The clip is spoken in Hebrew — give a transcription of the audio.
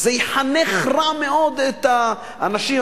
זה יחנך רע מאוד את האנשים.